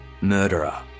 Murderer